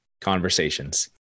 conversations